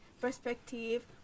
perspective